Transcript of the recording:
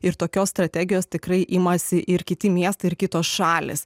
ir tokios strategijos tikrai imasi ir kiti miestai ir kitos šalys